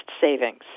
savings